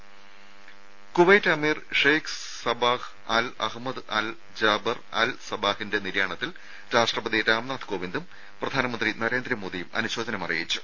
രുമ കുവൈറ്റ് അമീർ Sheikh Sabah Al Ahmad Al Jaber Al സബാഹിന്റെ നിര്യാണത്തിൽ രാഷ്ട്രപതി രാംനാഥ് കോവിന്ദും പ്രധാനമന്ത്രി നരേന്ദ്രമോദിയും അനുശോചനം അറിയിച്ചു